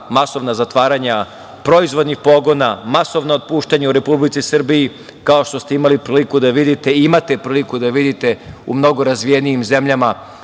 masovna zatvaranja proizvodnih pogona, masovna otpuštanja u Republici Srbiji, kao što ste imali priliku da vidite i imate priliku da vidite u mnogo razvijenijim zemljama